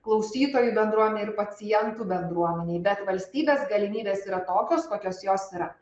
klausytojų bendruomenei ir pacientų bendruomenei bet valstybės galimybės yra tokios kokios jos yra